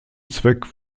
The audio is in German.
zweck